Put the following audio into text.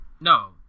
No